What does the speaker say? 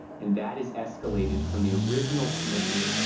and that has escalated from the original commitment.